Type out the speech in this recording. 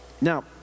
Now